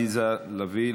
עליזה לביא,